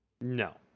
No